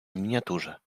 miniaturze